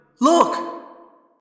Look